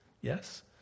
Yes